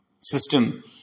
system